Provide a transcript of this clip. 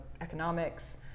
economics